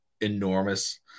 enormous